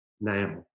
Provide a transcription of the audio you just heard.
now